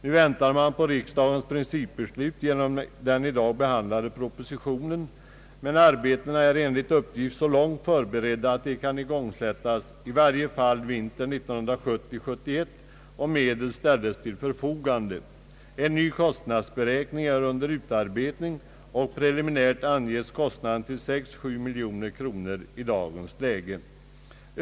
Nu väntar man på riksdagens principbeslut genom den i dag behandlade propositionen 122, men arbetena är enligt uppgift så långt förberedda att de kan igångsättas i varje fall vintern 1970/71 om medel ställes till förfogande. En ny kostnadsberäkning är under utarbetande, och preliminärt anges kostnaden till 6—7 miljoner kronor i dagens läge.